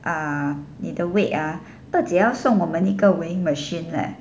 ah 你的 weight ah 二姐要送我们的那个 weighing machine leh